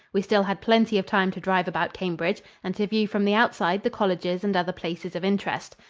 we still had plenty of time to drive about cambridge and to view from the outside the colleges and other places of interest.